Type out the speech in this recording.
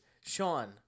Sean